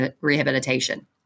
rehabilitation